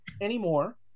anymore